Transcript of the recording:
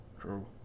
true